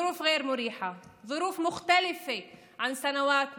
תנאים לא נוחים, תנאים שונים מבשנים קודמות,